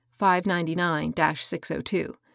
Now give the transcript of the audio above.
599-602